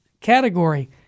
category